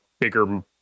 bigger